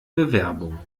bewerbung